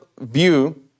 view